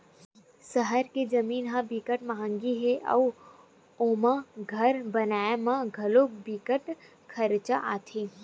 सहर के जमीन ह बिकट मंहगी हे अउ ओमा घर बनाए म घलो बिकट खरचा आथे